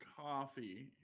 coffee